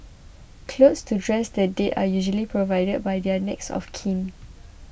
clothes to dress the dead are usually provided by their next of kin